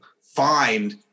find